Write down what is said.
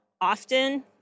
often